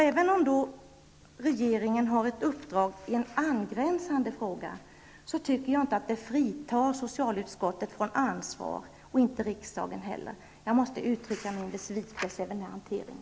Även om regeringen har ett uppdrag i en angränsande fråga, tycker jag inte att det fritar vare sig socialutskottet eller riksdagen från ansvar. Jag måste uttrycka min besvikelse över denna hantering.